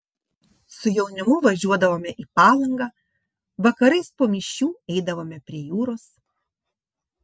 su jaunimu važiuodavome į palangą vakarais po mišių eidavome prie jūros